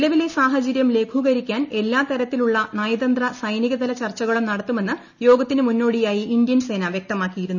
നിലവിലെ സാഹചരൂർ ലഘൂകരിക്കാൻ എല്ലാ തരത്തിലുള്ള നയതന്ത്ര സൈനികതല് ചർച്ചകളും നടത്തുമെന്ന് യോഗത്തിന് മുന്നോടിയായി ഇന്ത്യൻ സേന വ്യക്തമാക്കിയിരുന്നു